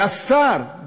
והשר,